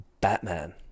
Batman